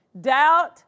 Doubt